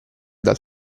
dal